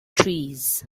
trees